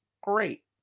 Great